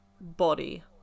body